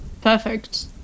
Perfect